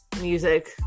music